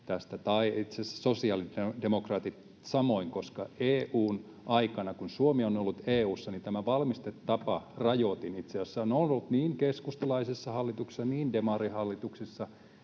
ja itse asiassa sosiaalidemokraatit samoin, koska EU:n aikana, kun Suomi on ollut EU:ssa, tämä valmistustaparajoitin itse asiassa on ollut niin keskustalaisissa hallituksissa kuin demarihallituksissa